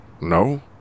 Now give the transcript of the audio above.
No